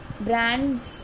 brands